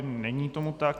Není tomu tak.